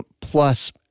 plus